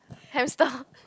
hamster